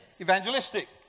evangelistic